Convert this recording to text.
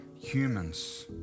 humans